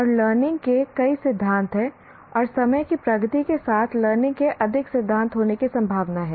और लर्निंग के कई सिद्धांत हैं और समय की प्रगति के साथ लर्निंग के अधिक सिद्धांत होने की संभावना है